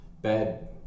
bad